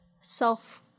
self